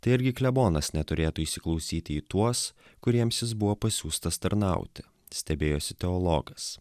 tai argi klebonas neturėtų įsiklausyti į tuos kuriems jis buvo pasiųstas tarnauti stebėjosi teologas